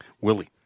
Willie